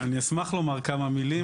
אני אשמח לומר כמה מילים.